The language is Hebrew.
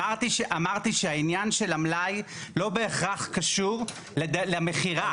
אמרתי שהעניין של המלאי לא בהכרח קשור למכירה,